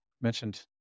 Mentioned